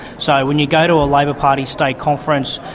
so when you go to a labor party state conference,